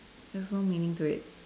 there's no meaning to it